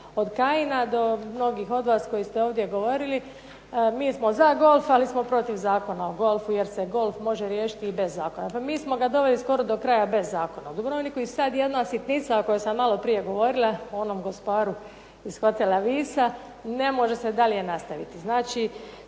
od Kajina do mnogih od vas koji ste ovdje govorili mi smo za golf, ali smo protiv Zakona o golfu, jer se golf može riješiti i bez zakona. Pa mi smo ga doveli skoro do kraja bez zakona u Dubrovniku. I sad jedna sitnica o kojoj sam maloprije govorila, o onom gosparu iz hotela Visa, ne možete se dalje nastaviti.